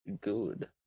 good